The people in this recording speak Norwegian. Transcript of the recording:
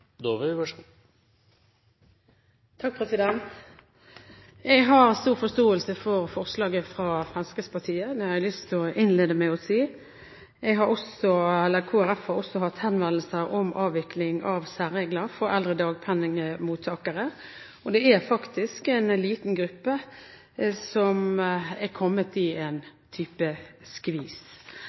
Jeg har stor forståelse for forslaget fra Fremskrittspartiet – det har jeg lyst til å innlede med å si. Kristelig Folkeparti har også fått henvendelser om avvikling av særregler for eldre dagpengemottakere, og det er faktisk en liten gruppe som er kommet i en type skvis.